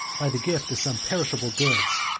by the gift of some perishable goods.